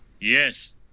Yes